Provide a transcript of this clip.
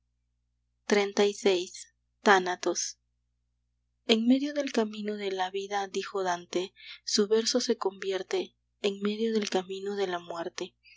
ofidio xxxvi thanatos en medio del camino de la vida dijo dante su verso se convierte en medio del camino de la muerte